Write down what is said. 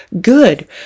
good